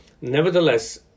Nevertheless